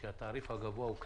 שהתעריף הגבוה הוא קנס.